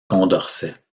condorcet